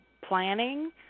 planning